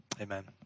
Amen